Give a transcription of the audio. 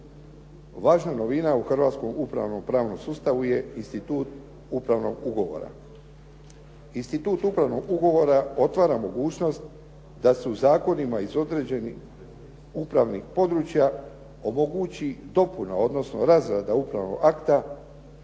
Važna novina u hrvatskom upravno-pravnom sustavu je institut upravnog ugovora. Institut upravnog ugovora otvara mogućnost da se u zakonima iz određenih upravnih područja omogući dopuna, odnosno razrada upravnog akta,